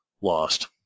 lost